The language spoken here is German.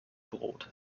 brot